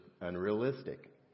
unrealistic